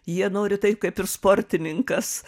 jie nori taip kaip ir sportininkas